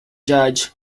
judge